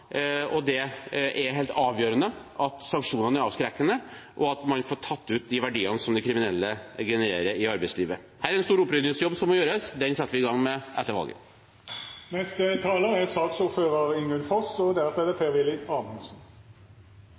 Det er helt avgjørende at sanksjonene er avskrekkende, og at man får tatt ut de verdiene som de kriminelle genererer i arbeidslivet. Her er det en stor opprydningsjobb som må gjøres. Den setter vi i gang med etter valget. Jeg er glad for at en samlet komité ser behovet for et tett samarbeid og